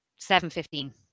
7.15